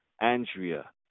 Andrea